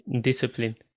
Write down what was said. discipline